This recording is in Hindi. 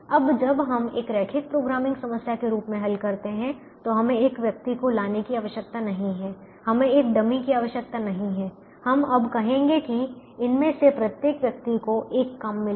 अब जब हम एक रैखिक प्रोग्रामिंग समस्या के रूप में हल करते हैं तो हमें एक व्यक्ति को लाने की आवश्यकता नहीं है हमें एक डमी की आवश्यकता नहीं है हम अब कहेंगे कि इनमें से प्रत्येक व्यक्ति को एक काम मिलेगा